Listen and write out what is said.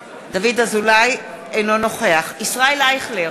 אזולאי, אינו נוכח ישראל אייכלר,